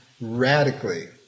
radically